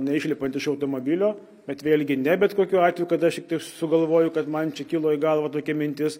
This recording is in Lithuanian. neišlipant iš automobilio bet vėlgi ne bet kokiu atveju kada aš tiktai sugalvoju kad man čia kilo į galvą tokia mintis